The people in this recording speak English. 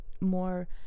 more